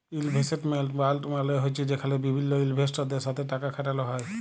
investment fund মালে হছে যেখালে বিভিল্ল ইলভেস্টরদের সাথে টাকা খাটালো হ্যয়